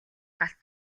галт